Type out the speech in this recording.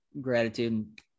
gratitude